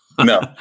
No